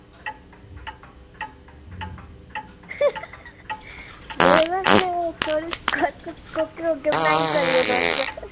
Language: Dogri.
में ना कोह्के कोह्के बनाई सकदे तुस